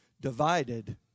divided